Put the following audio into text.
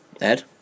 Ed